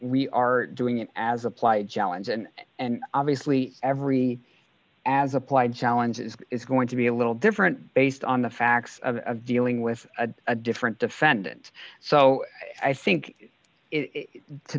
we are doing it as applied challenge and and obviously every as applied challenges is going to be a little different based on the facts of dealing with a different defendant so i think